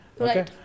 Okay